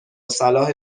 صلاح